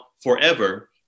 Forever